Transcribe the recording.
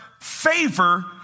favor